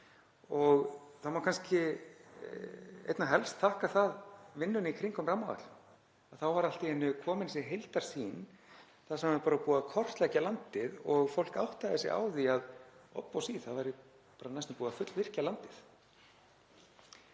og það má kannski einna helst þakka það vinnunni í kringum rammaáætlun. Þá var allt í einu komin þessi heildarsýn þar sem er bara búið að kortleggja landið og fólk áttaði sig á því að obbosí, það væri bara næstum búið að fullvirkja landið.